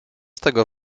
tego